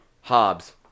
Hobbs